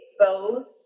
exposed